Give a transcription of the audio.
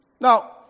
Now